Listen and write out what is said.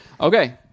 Okay